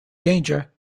danger